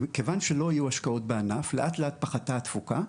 כיוון שלא היו השקעות בענף, לאט לאט פחתה התפוקה.